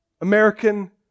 American